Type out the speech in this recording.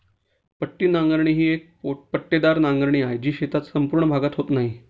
पट्टी नांगरणी ही एक पट्टेदार नांगरणी आहे, जी शेताचा संपूर्ण भागात होत नाही